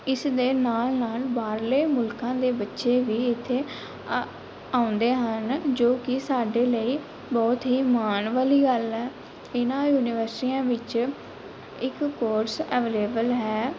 ਇਸ ਦੇ ਨਾਲ ਨਾਲ ਬਾਹਰਲੇ ਮੁਲਕਾਂ ਦੇ ਬੱਚੇ ਵੀ ਇੱਥੇ ਆ ਆਉਂਦੇ ਹਨ ਜੋ ਕਿ ਸਾਡੇ ਲਈ ਬਹੁਤ ਹੀ ਮਾਣ ਵਾਲੀ ਗੱਲ ਹੈ ਇਹਨਾਂ ਯੂਨੀਵਰਸਿਟੀਆਂ ਵਿੱਚ ਇੱਕ ਕੋਰਸ ਅਵੇਲੇਬਲ ਹੈ